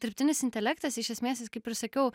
dirbtinis intelektas iš esmės jis kaip ir sakiau